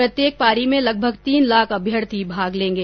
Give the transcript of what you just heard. प्रत्येक पारी में लगभग तीन लाख अभ्यर्थी भाग लेंगे